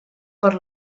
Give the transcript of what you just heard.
per